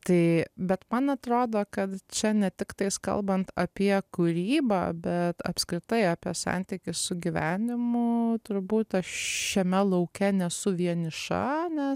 tai bet man atrodo kad čia ne tiktais kalbant apie kūrybą bet apskritai apie santykį su gyvenimu turbūt aš šiame lauke nesu vieniša nes